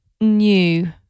new